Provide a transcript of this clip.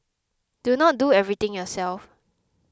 do not do everything yourself